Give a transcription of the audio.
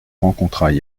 rencontra